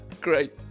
great